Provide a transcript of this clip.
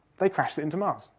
they crashed it into mars,